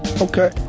okay